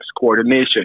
coordination